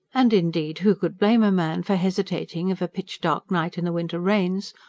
and indeed who could blame a man for hesitating of a pitch-dark night in the winter rains,